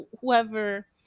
whoever